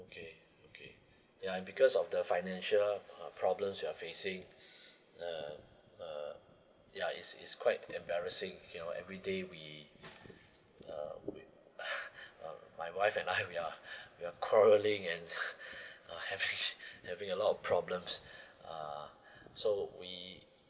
okay okay ya because of the financial uh problems we're facing uh uh ya it's it's quite embarrassing you know everyday we uh we uh my wife and I we are we are quarrelling and having having a lot of problems uh so we